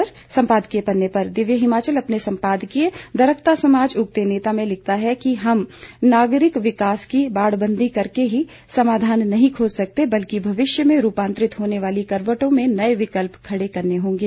अब एक नज़र सम्पादकीय पन्ने पर दिव्य हिमाचल अपने सम्पादकीय दरकता समाज उगते नेता में लिखता है कि हम नागरिक विकास की बाड़बंदी करके ही समाधान नहीं खोज सकते बल्कि भविष्य में रूपांतरित होने वाली करवटों में नए विकल्प खड़े करने होंगे